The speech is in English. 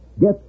Get